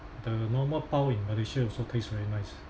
the normal pau in Malaysia also taste very nice